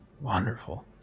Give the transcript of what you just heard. Wonderful